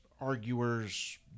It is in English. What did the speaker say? arguers